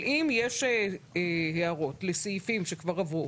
אבל אם יש הערות לסעיפים שכבר עברו,